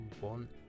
one